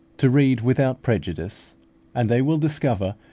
to read without prejudice and they will discover,